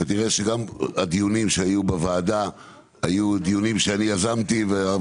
כנראה שגם הדיונים שהיו בוועדה היו דיונים שאני יזמתי והרב